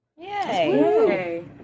yay